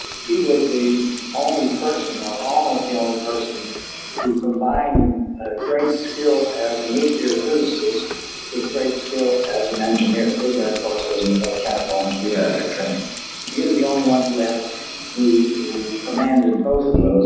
he was the only person ah or almost the only person who combined great skill as a nuclear physicist with great skill as an engineer. wigner was so a chemical engineer by training. he was the only one who and who commanded both of